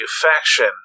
Faction